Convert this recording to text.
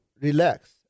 relax